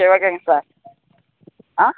சரி ஓகேங்க சார் ஆ